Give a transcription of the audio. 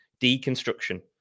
Deconstruction